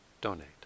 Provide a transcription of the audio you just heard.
donate